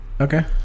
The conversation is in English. Okay